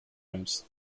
ramps